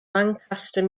lancaster